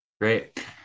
Great